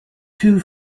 two